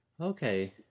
Okay